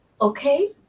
okay